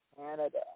Canada